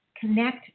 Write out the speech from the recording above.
connect